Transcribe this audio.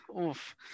Oof